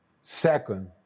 Second